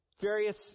various